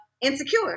insecure